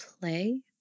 play